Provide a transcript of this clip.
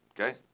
Okay